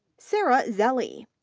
sarah zelli,